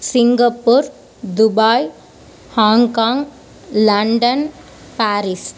Singapore Dubai Hong Kong London Paris